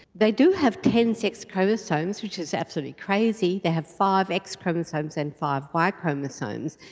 they do have ten sex chromosomes, which is absolutely crazy. they have five x chromosomes and five y chromosomes,